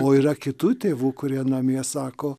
o yra kitų tėvų kurie namie sako